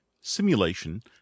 simulation